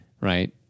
right